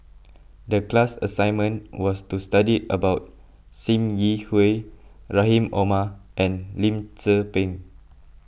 the class assignment was to study about Sim Yi Hui Rahim Omar and Lim Tze Peng